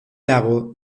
lago